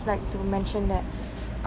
like to mention that